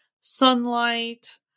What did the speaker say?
sunlight